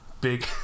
Big